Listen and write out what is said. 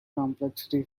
complexity